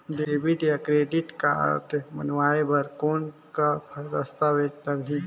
Debit या credit card बनवाय बर कौन का दस्तावेज लगही?